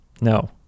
no